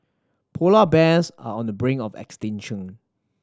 polar bears are on the brink of extinction